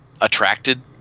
attracted